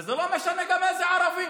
וזה גם לא משנה איזה ערבים,